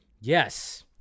Yes